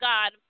God